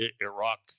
Iraq